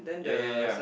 ya ya ya